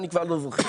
אני כבר לא זוכר.